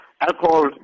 alcohol